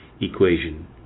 equation